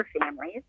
families